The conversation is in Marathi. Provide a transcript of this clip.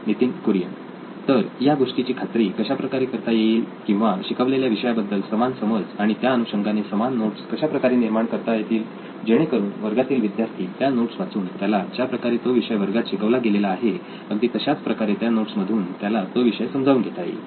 नितीन कुरियन तर या गोष्टीची खात्री कशाप्रकारे करता येईल किंवा शिकवलेल्या विषयाबद्दल समान समज आणि त्या अनुषंगाने समान नोट्स कशा प्रकारे निर्माण करता येतील जेणेकरून वर्गातील विद्यार्थी त्या नोट्स वाचून त्याला ज्या प्रकारे तो विषय वर्गात शिकवला गेलेला आहे अगदी तशाच प्रकारे त्या नोट्स मधून त्याला तो विषय समजावून घेता येईल